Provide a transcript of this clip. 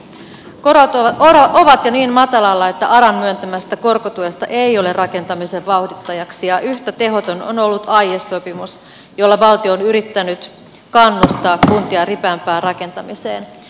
korot ovat jo niin matalalla että aran myöntämästä korkotuesta ei ole rakentamisen vauhdittajaksi ja yhtä tehoton on ollut aiesopimus jolla valtio on yrittänyt kannustaa kuntia ripeämpään rakentamiseen